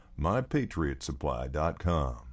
MyPatriotSupply.com